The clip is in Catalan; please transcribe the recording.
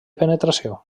penetració